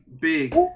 big